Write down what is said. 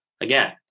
again